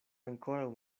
ankoraŭ